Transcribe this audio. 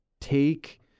take